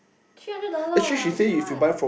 two hundred dollar [what] okay [what]